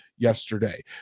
yesterday